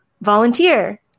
volunteer